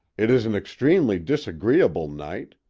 it is an extremely disagreeable night.